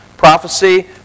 Prophecy